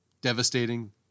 devastating